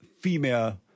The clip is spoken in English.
female